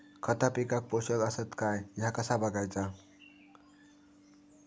खता पिकाक पोषक आसत काय ह्या कसा बगायचा?